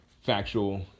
factual